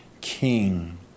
king